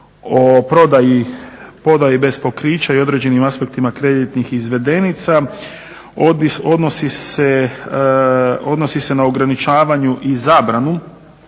na prodaji … bez pokrića i određenim aspektima kreditnih izvedenica. Odnosi se na ograničavanje i zabranu